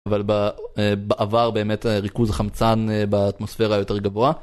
אבל בעבר באמת הריכוז החמצן באטמוספירה יותר גבוה